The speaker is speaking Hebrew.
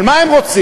אבל מה הם רוצים?